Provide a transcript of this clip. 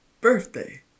birthday